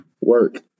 work